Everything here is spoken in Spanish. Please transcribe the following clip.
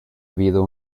habido